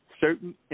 certain